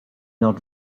not